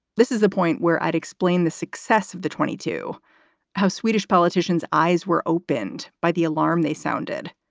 this is the point where i'd explain the success of the twenty to how swedish politicians eyes were opened by the alarm they sounded.